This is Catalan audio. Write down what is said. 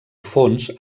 fons